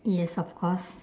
yes of course